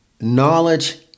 Knowledge